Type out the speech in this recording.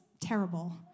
terrible